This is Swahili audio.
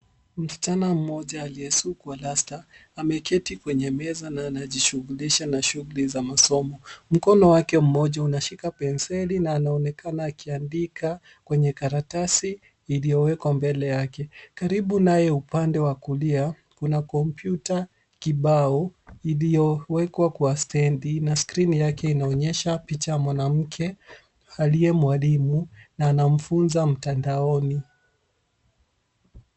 Msichana mmoja aliyesukwa rasta ameketi kwenye meza na anajishughulisha na shughuli za masomo. Mkono wake mmoja unashika penseli na anaonekana akiandika kwenye karatasi iliyowekwa mbele yake. Karibu naye upande wa kulia, kuna kompyuta kibao iliyowekwa kwa stendi na screen yake inaonyesha picha ya mwanamke aliye mwalimu na anamfunza mtandaoni.